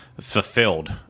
fulfilled